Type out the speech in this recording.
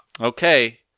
Okay